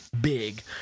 big